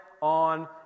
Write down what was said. on